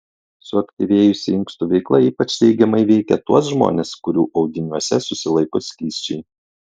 suaktyvėjusi inkstų veikla ypač teigiamai veikia tuos žmones kurių audiniuose susilaiko skysčiai